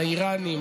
לאיראנים,